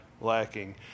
lacking